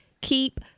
keep